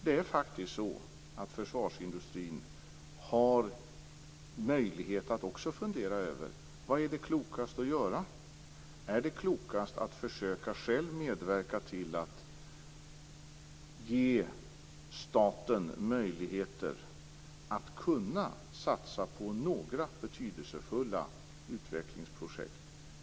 Det är faktiskt så, att också försvarsindustrin har möjlighet att fundera över vad som är klokast att göra. Är det klokast att själv försöka medverka till att ge staten möjligheter att satsa på några betydelsefulla utvecklingsprojekt?